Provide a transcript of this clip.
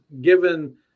given